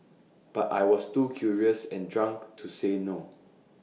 but I was too curious and drunk to say no